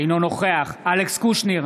אינו נוכח אלכס קושניר,